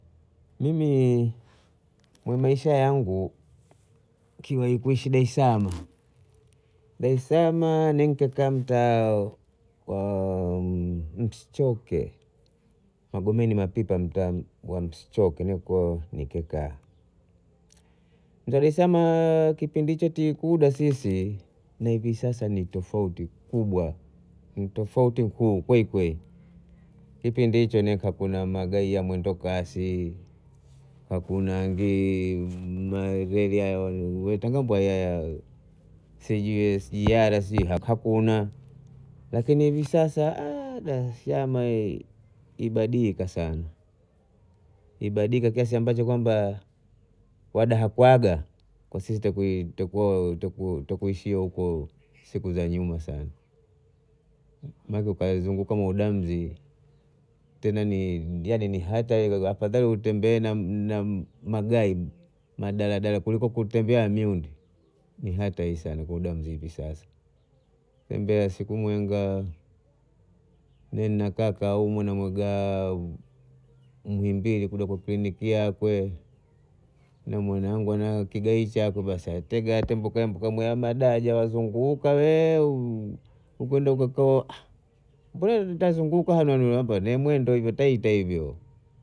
Mimi ni mwi Maisha yangu kiwai kuishi daesalama, daesalama ninkekaa mtaa wa msichoke magomeni mapipa mtaa wa msichoke niko nikikaa, daesalama kipindi hicho tikuda sisi na hivi sasa ni tofauti kubwa ni tofauti kuu kweli kweli kipindi hicho ne kwa magari ya mwendokasi hakuna ngi mareli naita ngambwa ya sijui SGR hakuna lakini hivi sasa daslama ibadilika sana ibadilika kiasi ambacho kwamba wada hakwaga kwa sita kuwa kutakuishiwa huko siku za nyuma sana maanake kuzunguka muda mzima tena ni hata yani ni hata afadhali utembee nam- nam magari madala dala kuliko kutembea miyunda ni hatari sana kwa muda hivi sasa, tembea siku mwenga mi nnaka kaumwi na mwaga na muhimbili kuja ku kliniki yakwe ni mwanangu nae kigayi chakwe basi atega atembuka mbuka mwi madaraja wazunguka wee kwenda tazunguka na nolonda ndo mwendo hivyo tataita hivyo